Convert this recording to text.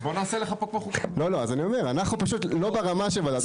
אני אומר, אנחנו פשוט לא ברמה של ועדת החוקה.